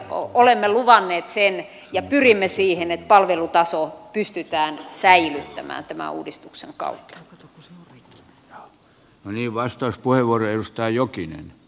olemme luvanneet ja pyrimme siihen että palvelutaso pystytään säilyttämään tämän uudistuksen kautta